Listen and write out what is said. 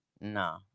no